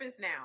now